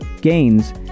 gains